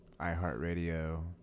iHeartRadio